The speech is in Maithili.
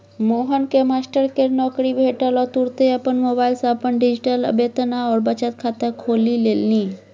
मोहनकेँ मास्टरकेर नौकरी भेटल ओ तुरते अपन मोबाइल सँ अपन डिजिटल वेतन आओर बचत खाता खोलि लेलनि